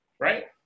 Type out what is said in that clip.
Right